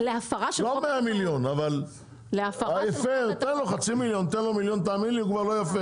לא מאה מיליון אבל תן לו חצי מיליון ותראה איך הוא נהיה הוגן.